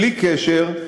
בלי קשר,